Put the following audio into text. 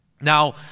Now